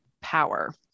power